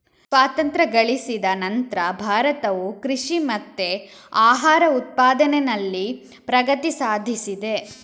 ಸ್ವಾತಂತ್ರ್ಯ ಗಳಿಸಿದ ನಂತ್ರ ಭಾರತವು ಕೃಷಿ ಮತ್ತೆ ಆಹಾರ ಉತ್ಪಾದನೆನಲ್ಲಿ ಪ್ರಗತಿ ಸಾಧಿಸಿದೆ